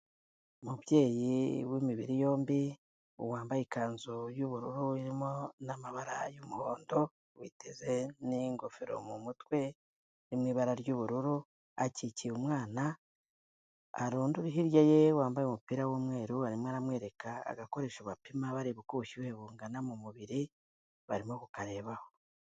Umubyeyi w'imibiri yombi, wambaye ikanzu y'ubururu irimo n'amabara y'umuhondo, witeze n'ingofero mu mutwe iri mu ibara ry'ubururu akikiye umwana, hari undi uri hirya ye wambaye umupira w'umweru arimo aramwereka agakoresha bapima bareba uko ubushyuhe bungana mu mubiri barimo kukarebaho.